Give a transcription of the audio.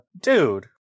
Dude